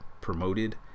promoted